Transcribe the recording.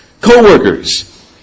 co-workers